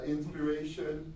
Inspiration